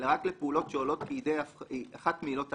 אלא רק לפעולות שעולות כאחת מעילות ההפחתה,